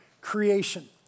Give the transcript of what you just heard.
creation